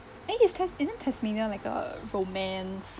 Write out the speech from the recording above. eh is cas~ isn't tasmania like a romance